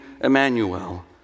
Emmanuel